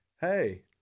Hey